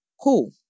cool